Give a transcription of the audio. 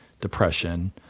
depression